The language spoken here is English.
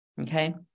Okay